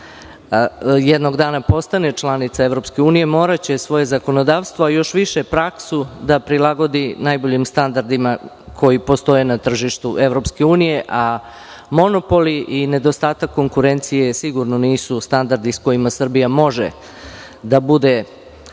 jednog dana postane članica EU, moraće svoje zakonodavstvo, a još više praksu da prilagodi najboljim standardima koji postoje na tržištu EU, a monopoli i nedostatak konkurencije sigurno nisu standardi sa kojima Srbija može da bude i